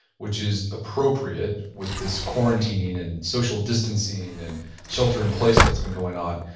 which is appropriate with this quarantining and social distancing and shelter-in-place that's been going on.